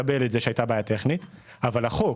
מקבל שהייתה בעיה טכנית אך החוק